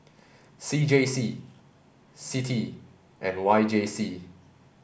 C J C CITI and YJC